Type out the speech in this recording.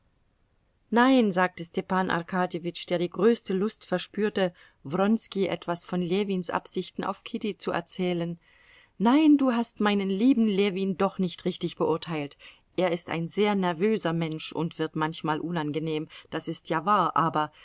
nein sagte stepan arkadjewitsch der die größte lust verspürte wronski etwas von ljewins absichten auf kitty zu erzählen nein du hast meinen lieben ljewin doch nicht richtig beurteilt er ist ein sehr nervöser mensch und wird manchmal unangenehm das ist ja wahr aber